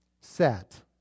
set